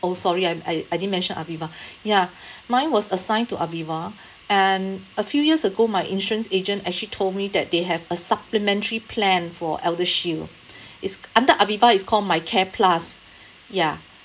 oh sorry I I I didn't mention aviva ya mine was assigned to aviva and a few years ago my insurance agent actually told me that they have a supplementary plan for eldershield it's under aviva it's called mycare plus ya